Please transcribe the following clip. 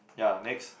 ya next